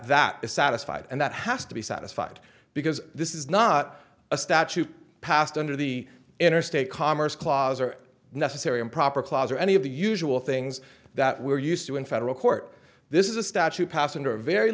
that is satisfied and that has to be satisfied because this is not a statute passed under the interstate commerce clause or necessary improper clause or any of the usual things that we're used to in federal court this is a statute passed under a very